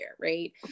right